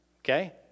okay